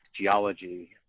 geology